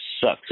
sucks